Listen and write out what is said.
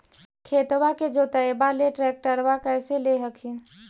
खेतबा के जोतयबा ले ट्रैक्टरबा कैसे ले हखिन?